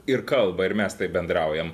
ir kalba ir mes taip bendraujam